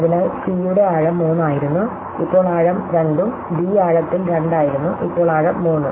അതിനാൽ സി യുടെ ആഴം 3 ആയിരുന്നു ഇപ്പോൾ ആഴം 2 ഉം ഡി ആഴത്തിൽ 2 ആയിരുന്നു ഇപ്പോൾ ആഴം 3